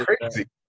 crazy